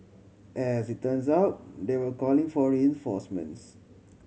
as it turns out they were calling for reinforcements